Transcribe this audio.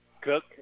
Cook